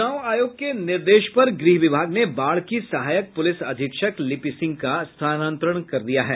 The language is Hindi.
चुनाव आयोग के निर्देश पर गृह विभाग ने बाढ़ की सहायक पुलिस अधीक्षक लिपि सिंह का स्थानांतरण कर दिया है